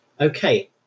okay